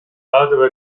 padova